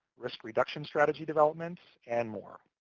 risk reduction strategy developments, and more.